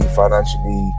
financially